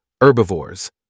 herbivores